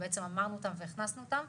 שאמרנו אותם והכנסנו אותם.